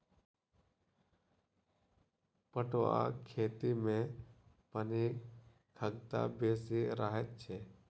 पटुआक खेती मे पानिक खगता बेसी रहैत छै